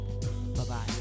bye-bye